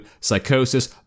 Psychosis